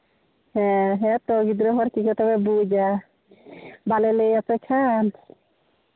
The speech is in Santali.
ᱦᱮᱸ ᱛᱚ ᱜᱤᱫᱽᱨᱟᱹ ᱦᱚᱲ ᱪᱤᱠᱟᱹ ᱛᱮᱵᱮᱱ ᱵᱩᱡᱟ ᱵᱟᱞᱮ ᱞᱟᱹᱭ ᱟᱯᱮ ᱠᱷᱟᱱ